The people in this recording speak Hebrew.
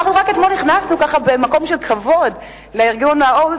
רק אתמול נכנסנו במקום של כבוד ל-OECD,